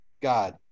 God